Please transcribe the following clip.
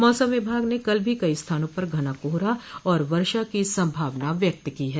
मौसम विभाग ने कल भी कई स्थानों पर घना कोहरा और वर्षा की संभावना व्यक्त की है